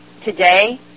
today